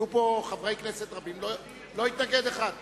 היו פה חברי כנסת רבים, לא התנגד אחד.